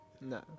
No